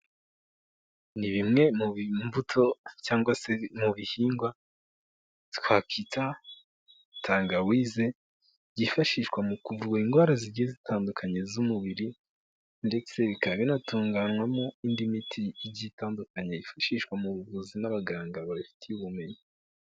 Ni bimwe mu mbuto cyangwa se mu bihingwa twakita tangawize byifashishwa mu kuvura indwara zigiye zitandukanye z'umubiri ndetse bikaba binatunganywamo indi miti igiye itandukanye yifashishwa mu buvuzi n'abaganga babifitiye ubumenyi.